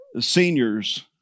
Seniors